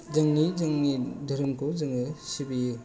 जोंनि जोंनि धोरोमखौ जोङो सिबियो